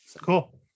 cool